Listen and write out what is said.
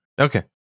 Okay